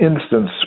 instance